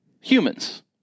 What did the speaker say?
Humans